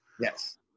yes